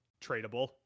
tradable